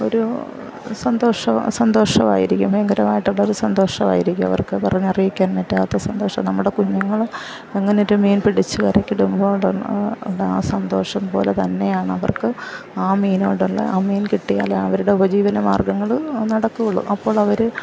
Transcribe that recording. ഒരു സന്തോഷമാണ് സന്തോഷമായിരിക്കും ഭയങ്കരമായിട്ടുള്ള ഒരു സന്തോഷമായിരിക്കും അവർക്ക് പറഞ്ഞറിയിക്കാൻ പറ്റാത്ത സന്തോഷം നമ്മുടെ കുഞ്ഞുങ്ങൾ അങ്ങനെ ഒരു മീൻ പിടിച്ചു കരക്കിടുമ്പോൾ ആ സന്തോഷം പോലെ തന്നെയാണ് അവർക്ക് ആ മീനിനോടുള്ള ആ മീൻ കിട്ടിയാൽ അവരുടെ ഉപജീവന മാർഗങ്ങൾ നടക്കുകയുള്ളൂ അപ്പോൾ അവർ